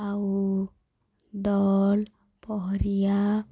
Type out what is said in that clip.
ଆଉ ଦଳ ପହରିଆ